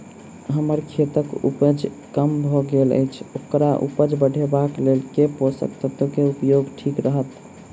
हम्मर खेतक उपज कम भऽ गेल अछि ओकर उपज बढ़ेबाक लेल केँ पोसक तत्व केँ उपयोग ठीक रहत?